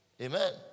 Amen